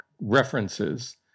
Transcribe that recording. references